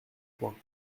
points